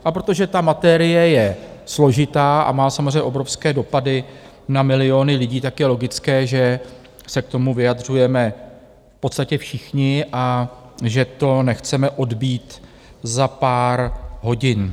A protože ta materie je složitá a má samozřejmě obrovské dopady na miliony lidí, tak je logické, že se k tomu vyjadřujeme v podstatě všichni a že to nechceme odbýt za pár hodin.